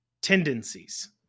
tendencies